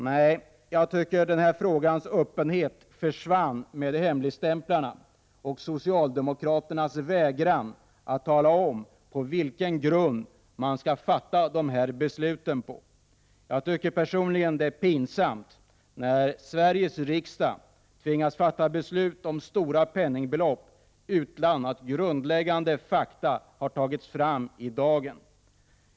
Nej, jag tycker denna frågas öppenhet försvann när hemligstämplarna kom och socialdemokraterna vägrade att tala om på vilken grund man skall fatta dessa beslut. Jag tycker personligen det är pinsamt att Sveriges riksdag skall tvingas fatta beslut om stora penningbelopp utan att grundläggande fakta har tagits fram i dagen.